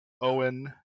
Owen